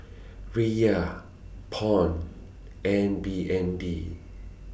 Riyal Pound and B N D